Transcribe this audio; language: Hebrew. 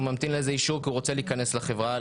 ממתין לאיזה אישור כי הוא רוצה להיכנס לחברה,